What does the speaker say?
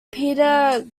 peter